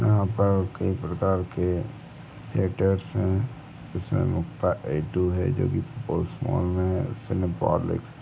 यहाँ पर कई प्रकार के थिएटर्स है जिसमें मुक्ता ए टू है जो कि पोल स्मौल में सिनेपोलीक्स